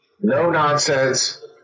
no-nonsense